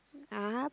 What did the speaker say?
!huh!